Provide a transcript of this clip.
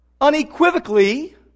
unequivocally